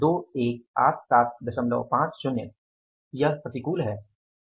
यह 218750 रूपए प्रतिकूल है